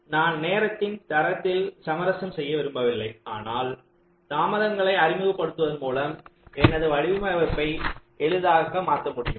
நான் நேரத்தின் தரத்தில் சமரசம் செய்ய விரும்பவில்லை ஆனால் தாமதங்களை அறிமுகப்படுத்துவதன் மூலம் எனது வடிவமைப்பை எளிதாக்க முடியும்